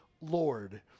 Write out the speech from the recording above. Lord